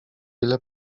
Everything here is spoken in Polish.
ile